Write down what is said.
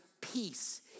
peace